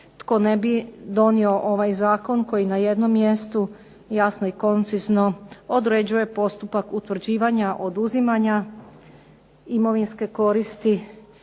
tko ne bi donio ovaj zakon koji na jednom mjestu jasno i koncizno određuje postupak utvrđivanja, oduzimanja imovinske koristi